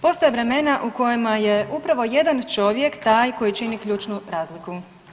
Postoje vremena u kojima je upravo jedan čovjek taj koji čini ključnu razliku.